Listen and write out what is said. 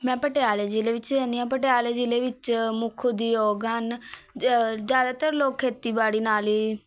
ਮੈਂ ਪਟਿਆਲੇ ਜ਼ਿਲ੍ਹੇ ਵਿੱਚ ਰਹਿੰਦੀ ਹਾਂ ਪਟਿਆਲੇ ਜ਼ਿਲ੍ਹੇ ਵਿੱਚ ਮੁੱਖ ਉਦਯੋਗ ਹਨ ਜ਼ਿਆਦਾਤਰ ਲੋਕ ਖੇਤੀਬਾੜੀ ਨਾਲ ਹੀ